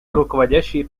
руководящие